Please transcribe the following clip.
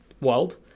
world